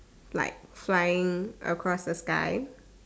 like flying across the sky